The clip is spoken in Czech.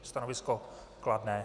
Stanovisko kladné.